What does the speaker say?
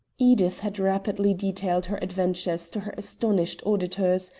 edith had rapidly detailed her adventures to her astonished auditors,